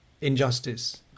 injustice